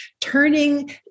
turning